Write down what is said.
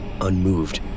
unmoved